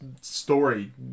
story